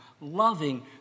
loving